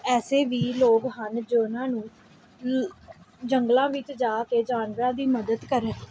ਐਸੇ ਵੀ ਲੋਕ ਹਨ ਜੋ ਉਹਨਾਂ ਨੂੰ ਲ ਜੰਗਲਾਂ ਵਿੱਚ ਜਾ ਕੇ ਜਾਨਵਰਾਂ ਦੀ ਮਦਦ ਕਰੇ